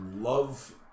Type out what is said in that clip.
love